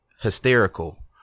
hysterical